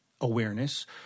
awareness